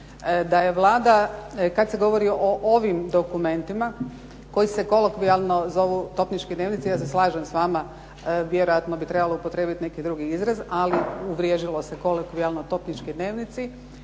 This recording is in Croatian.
da je Vlada, kad se govori o ovim dokumentima, koji se kolokvijalno zovu topnički dnevnici, ja se slažem s vama, vjerojatno bi trebalo upotrijebiti neki drugi izraz, ali uvriježilo se kolokvijalno topnički dnevnici.